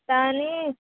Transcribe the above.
तानि